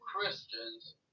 Christians